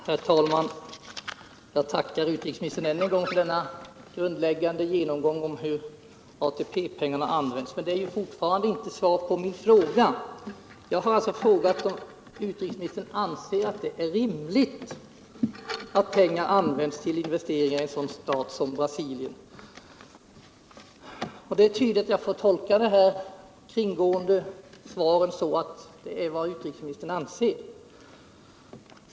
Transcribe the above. Herr talman! Jag tackar utrikesministern än en gång för denna grundliga genomgång av hur ATP-pengarna används, men det är fortfarande inte svar på min fråga. Jag har frågat om utrikesministern anser att det är rimligt att pengar används till investeringar i en sådan stat som Brasilien. Det är tydligt att jag får tolka det här kringgående svaret så att detta är vad utrikesministern anser.